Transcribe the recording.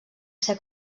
ser